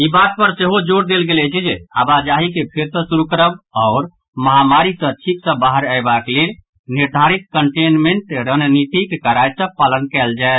ई बात पर सेहो जोर देल गेल अछि जे आबाजाही के फेर सॅ शुरू करब आओर महामारी सॅ ठीक सॅ बाहर अयबाक लेल निर्धारित करेनमेंट रणनीतिक कड़ाई सॅ पालन कयल जाय